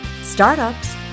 startups